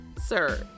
sir